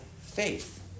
faith